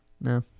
No